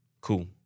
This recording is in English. cool